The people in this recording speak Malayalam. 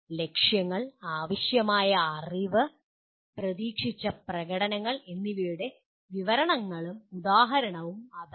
ലക്ഷ്യങ്ങൾ ആവശ്യമായ അറിവ് പ്രതീക്ഷിച്ച പ്രകടനങ്ങൾ എന്നിവയുടെ വിവരണങ്ങളും ഉദാഹരണങ്ങളും അതാണ്